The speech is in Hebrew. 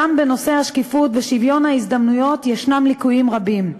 גם בנושא השקיפות ובנושא שוויון ההזדמנויות ישנם ליקויים רבים.